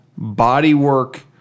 bodywork